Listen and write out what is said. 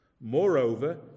Moreover